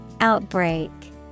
Outbreak